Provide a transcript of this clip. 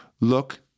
look